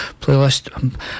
playlist